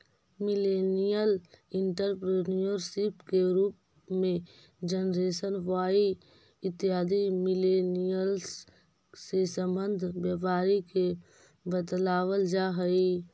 millennial entrepreneurship के रूप में जेनरेशन वाई इत्यादि मिलेनियल्स् से संबंध व्यापारी के बतलावल जा हई